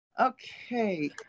Okay